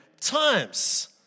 times